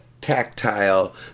tactile